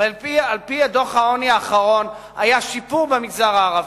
ועל-פי דוח העוני האחרון היה שיפור במגזר הערבי,